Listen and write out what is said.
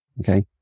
Okay